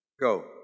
Go